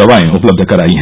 दवाएं उपलब्ध कराई हैं